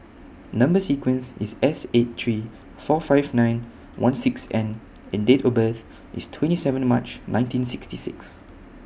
Number sequence IS S eight three four five nine one six N and Date of birth IS twenty seven March nineteen sixty six